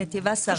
נתיב העשרה.